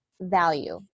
value